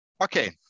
Okay